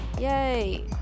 yay